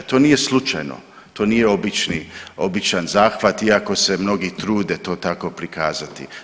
To nije slučajno, to nije obični, običan zahvat iako se mnogi trude to tako prikazati.